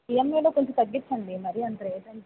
ఈఎంఐలో కొంచెం తగ్గించండి మరి అంత రేటంటే